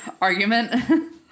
argument